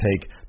take